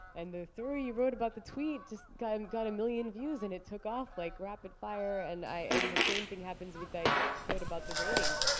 and the three you wrote about the tweet just got um got a million views and it took off like rapid-fire. and i and the same thing happens with that quote about the ratings,